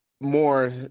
More